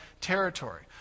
territory